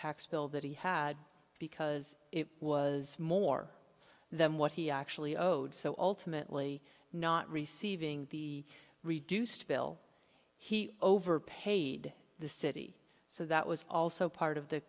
tax bill that he had because it was more than what he actually oh so ultimately not receiving the reduced bill he overpaid the city so that was also part of the